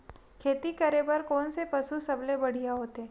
खेती करे बर कोन से पशु सबले बढ़िया होथे?